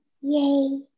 Yay